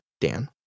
Dan